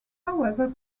however